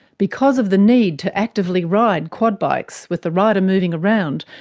because of the need to actively ride quad bikes, with the rider moving around,